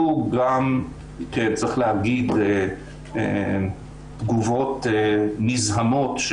צריך להגיד שהיו גם תגובות נזעמות: